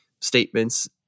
statements